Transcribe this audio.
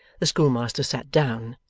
the schoolmaster sat down,